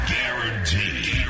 Guaranteed